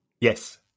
Yes